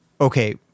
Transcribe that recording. okay